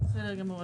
בסדר גמור.